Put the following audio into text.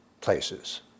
places